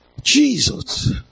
Jesus